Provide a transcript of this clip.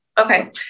Okay